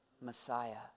Messiah